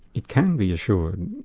it can be assured,